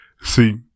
See